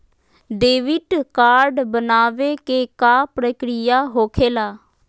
Debit card बनवाने के का प्रक्रिया होखेला?